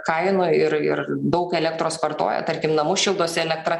kainų ir ir daug elektros vartoja tarkim namus šildosi elektra